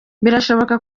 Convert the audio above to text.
birashoboka